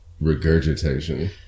regurgitation